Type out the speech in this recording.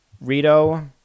Rito